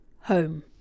home